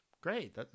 Great